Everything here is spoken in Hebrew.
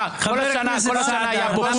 כל השנה היה פה פורים